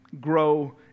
grow